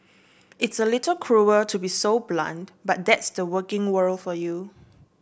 it's a little cruel to be so blunt but that's the working world for you